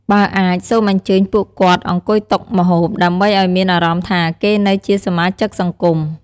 បើអាច សូមអញ្ជើញពួកគាត់អង្គុយតុម្ហូប ដើម្បីអោយមានអារម្មណ៍ថាគេនៅជាសមាជិកសង្គម។